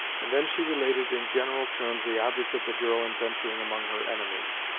and then she related in general terms the object of the girl in venturing among her enemies.